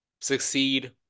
succeed